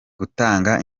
gutanga